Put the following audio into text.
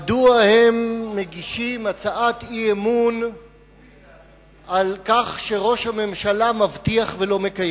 מדוע הם מגישים הצעת אי-אמון על כך שראש הממשלה מבטיח ולא מקיים?